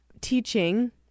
teaching